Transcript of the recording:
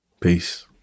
Peace